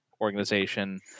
organization